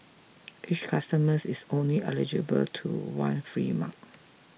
each customers is only eligible to one free mug